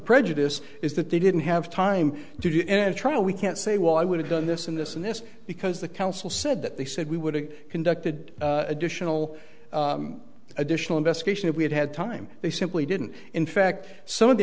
prejudice is that they didn't have time to do any trial we can't say well i would have done this and this and this because the counsel said that they said we would have conducted additional additional investigation if we had had time they simply didn't in fact some of the